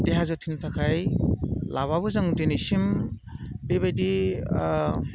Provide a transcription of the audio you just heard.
देहा जोथोननि थाखाय लाब्लाबो जों दिनैसिम बेबायदि